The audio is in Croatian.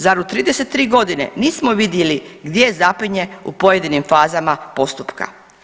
Zar u 33 godine nismo vidjeli gdje zapinje u pojedinim fazama postupka?